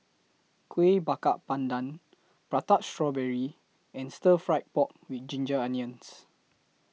Kuih Bakar Pandan Prata Strawberry and Stir Fried Pork with Ginger Onions